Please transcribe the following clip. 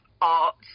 art